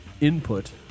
input